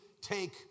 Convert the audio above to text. take